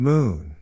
Moon